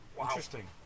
Interesting